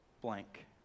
blank